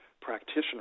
practitioner